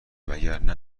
وگرنه